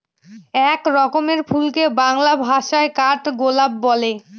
এক রকমের ফুলকে বাংলা ভাষায় কাঠগোলাপ বলে